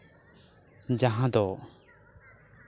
ᱡᱟᱦᱟᱸ ᱫᱚ